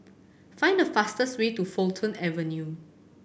find the fastest way to Fulton Avenue